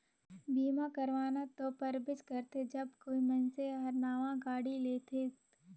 बीमा करवाना तो परबेच करथे जब कोई मइनसे हर नावां गाड़ी लेथेत